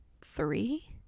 three